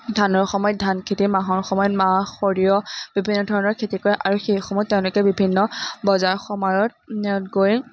ধানৰ সময়ত ধান খেতি মাহৰ সময়ত মাহ সৰিয়হ বিভিন্ন ধৰণৰ খেতি কৰে আৰু সেইসমূহ তেওঁলোকে বিভিন্ন বজাৰ সমাৰত গৈ